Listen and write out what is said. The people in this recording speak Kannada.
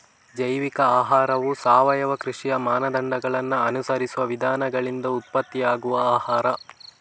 ಜೈವಿಕ ಆಹಾರವು ಸಾವಯವ ಕೃಷಿಯ ಮಾನದಂಡಗಳನ್ನ ಅನುಸರಿಸುವ ವಿಧಾನಗಳಿಂದ ಉತ್ಪತ್ತಿಯಾಗುವ ಆಹಾರ